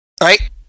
Right